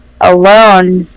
alone